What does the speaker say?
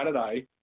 Saturday